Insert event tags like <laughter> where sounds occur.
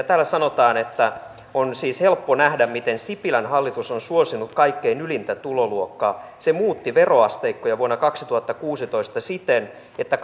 <unintelligible> täällä sanotaan on siis helppo nähdä miten sipilän hallitus on suosinut kaikkein ylintä tuloluokkaa se muutti veroasteikkoja vuonna kaksituhattakuusitoista siten että <unintelligible>